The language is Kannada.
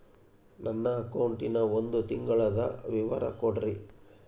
ನನ್ನ ಅಕೌಂಟಿನ ಒಂದು ತಿಂಗಳದ ವಿವರ ಕೊಡ್ರಿ?